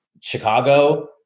Chicago